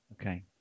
okay